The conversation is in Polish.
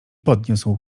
podniósł